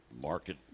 market